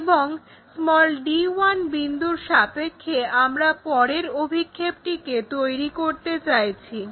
এবং d1 বিন্দুর সাপেক্ষে আমরা পরের অভিক্ষেপটিকে তৈরি করতে চাইছি